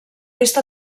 vist